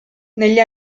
negli